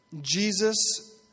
Jesus